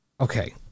Okay